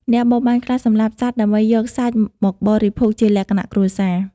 អ្នកបរបាញ់ខ្លះសម្លាប់សត្វដើម្បីយកសាច់មកបរិភោគជាលក្ខណៈគ្រួសារ។